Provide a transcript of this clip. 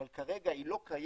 אבל כרגע היא לא קיימת